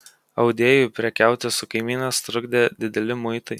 audėjui prekiauti su kaimynais trukdė dideli muitai